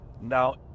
now